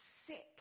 sick